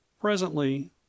Presently